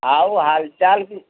ଆଉ ହାଲଚାଲ